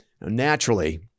Naturally